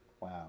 Wow